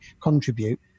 contribute